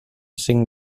cinc